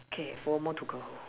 okay four more to go